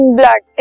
blood